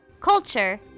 culture